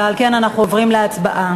ועל כן אנחנו עוברים להצבעה.